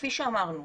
כפי שאמרנו,